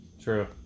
True